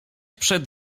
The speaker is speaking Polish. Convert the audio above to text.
przed